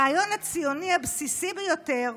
הרעיון הציוני הבסיסי ביותר